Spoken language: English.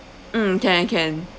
mm can can